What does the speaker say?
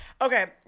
Okay